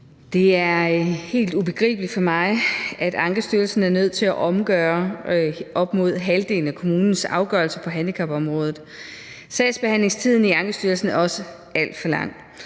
Det er helt ubegribeligt for mig, at Ankestyrelsen er nødt til at omgøre op mod halvdelen af kommunernes afgørelser på handicapområdet. Sagsbehandlingstiden i Ankestyrelsen er også alt for lang,